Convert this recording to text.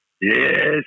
Yes